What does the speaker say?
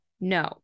No